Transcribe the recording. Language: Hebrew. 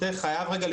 חייב רגע,